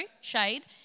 shade